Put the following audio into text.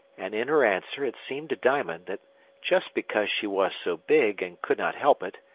and in her answer it seemed to diamond that just because she was so big and could not help it,